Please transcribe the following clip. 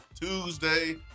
Tuesday